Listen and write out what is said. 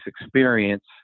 experience